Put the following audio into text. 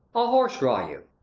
a horse draw you,